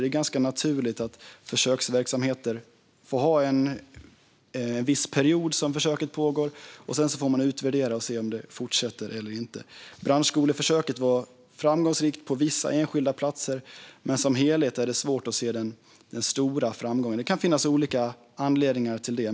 Det är ganska naturligt att försöksverksamheter får pågå en viss period. Sedan får man utvärdera om de ska fortsätta eller inte. Branschskoleförsöket var framgångsrikt på vissa enskilda platser. Men som helhet är det svårt att se den stora framgången. Det kan finnas olika anledningar till det.